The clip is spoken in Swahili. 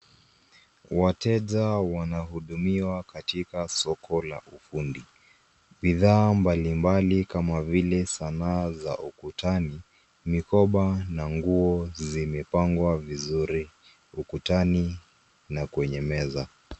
Wateja wanahudumiwa katika soko la ufundi. Bidhaa mbalimbali kama vile sanaa za ukutani, mikoba na nguo zimepangwa vizuri ukutani na kwenye meza.